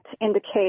indicate